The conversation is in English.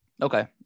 Okay